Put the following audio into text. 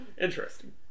Interesting